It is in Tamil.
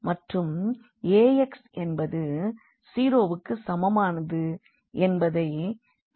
மற்றும் Ax என்பது 0 வுக்கு சமமானது என்பதை தீர்க்க உதவும் x h கிடைக்கிறது